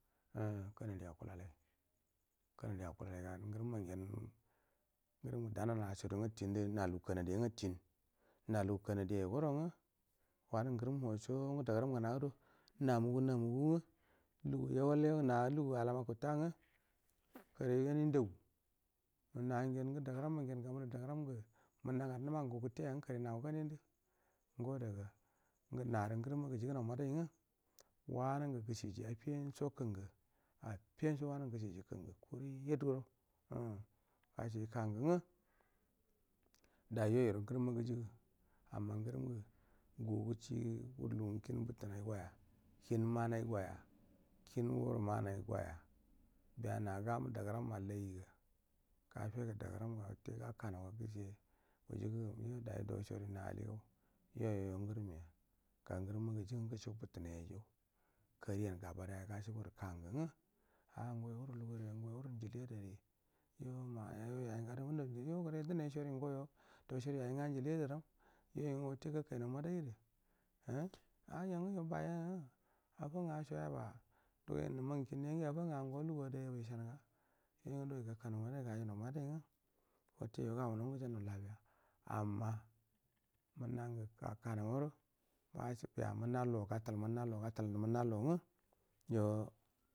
A ka nadi akulalai kanadi akula lai ga ngurum ma ngen ngurum ngu dona nel asadu ngu tinduna lug u kanadia nga tin n alu gu kana di aya go rango wanun gu nguram muhu waso ngu da garam ngunado na mugu na mugu ng alu ga yon a lug u alama guttua nga kare yanin nda gu nangen da gurammangen gamu ndu daga ran ngu munna ngadu numagu ngu gutte ya nga kare nana ganindu ngo daga ngu naru ngurum ga jig unau madai nga wa nun gu gusiji affica sho kung u affian sho wanun kangan affi an sho wanangu gusiji kangu kurid go umm gashi du kangu ngu dai yoiro ngurumma gujiggu amma ngurum ngu ga gashi war ulugun gu kin butanai go ya biya nag amu dagu ram alaiga ga fe guda guram ga watte gaka nau ga guce wuji gu gum yod ai do sori na aligau yoi a ngura i aija kari an gaba daya gashi ba du kango ngu a ngo yo wuru luguri ngo yo wuru injili adari yo do sori yai nga injili adaram yoi nga watte ga kai nau ma dai da umm yo ngu bai a affa nga soyaba nummaikinu yan giya affa nga ngo lugu ada y aba yise nuga yoi ya du goi guka nau madasru ga ya lau madai nga watte yo gaunau nga gajau nau labiya amma munnan gu gaka nau waru gas bia manna lo ga tai munna lo ga tal munna lo ngu yo.